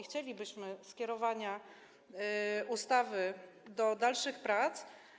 Chcielibyśmy skierowania ustawy do dalszych prac.